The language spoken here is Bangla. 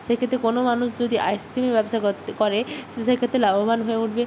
সেক্ষেত্রে কোনো মানুষ যদি আইসক্রিমের ব্যবসা করতে করে সে সেক্ষেত্রে লাভবান হয়ে উঠবে